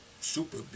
super